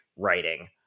writing